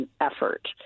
effort